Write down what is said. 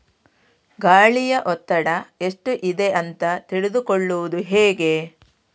ಗಾಳಿಯ ಒತ್ತಡ ಎಷ್ಟು ಇದೆ ಅಂತ ತಿಳಿದುಕೊಳ್ಳುವುದು ಹೇಗೆ?